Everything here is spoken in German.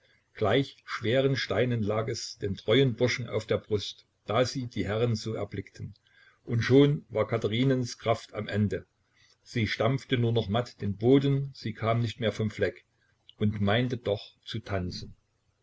gleich schweren steinen lag es den treuen burschen auf der brust da sie die herrin so erblickten und schon war katherinens kraft am ende sie stampfte nur noch matt den boden sie kam nicht mehr vom fleck und meinte doch zu tanzen